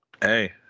Hey